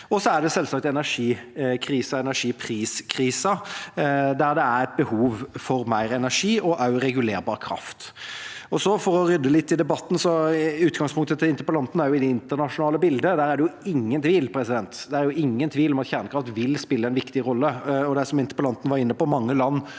Og så er det selvsagt energikrisa, energipriskrisa, der det er et behov for mer energi og også regulerbar kraft. For å rydde litt i debatten: Utgangpunktet til interpellanten er det internasjonale bildet. Der er det jo ingen tvil. Det er ingen tvil om at kjernekraft vil spille en viktig rolle. Som interpellanten var inne på, er det mange